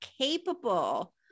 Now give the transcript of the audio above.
capable-